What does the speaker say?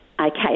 Okay